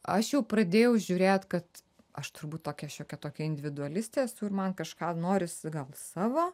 aš jau pradėjau žiūrėt kad aš turbūt tokia šiokia tokia individualistė esu ir man kažką norisi gal savo